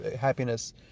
happiness